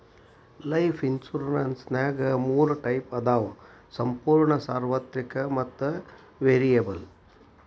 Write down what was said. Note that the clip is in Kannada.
ಲೈಫ್ ಇನ್ಸುರೆನ್ಸ್ನ್ಯಾಗ ಮೂರ ಟೈಪ್ಸ್ ಅದಾವ ಸಂಪೂರ್ಣ ಸಾರ್ವತ್ರಿಕ ಮತ್ತ ವೇರಿಯಬಲ್